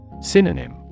synonym